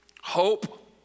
Hope